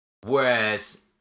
Whereas